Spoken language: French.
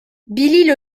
billy